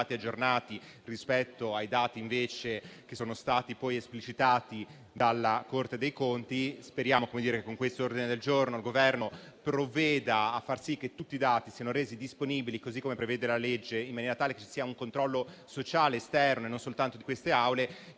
dati aggiornati rispetto a quelli che invece sono stati poi esplicitati dalla Corte dei conti. Speriamo che con quest'ordine del giorno il Governo provveda a far sì che tutti i dati siano resi disponibili, come prevede la legge, in maniera tale che vi sia un controllo sociale esterno e non soltanto di queste